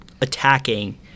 attacking